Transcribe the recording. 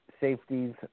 safeties